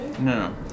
no